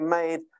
made